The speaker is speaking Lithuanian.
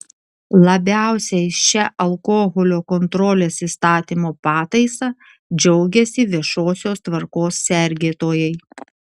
labiausiai šia alkoholio kontrolės įstatymo pataisa džiaugiasi viešosios tvarkos sergėtojai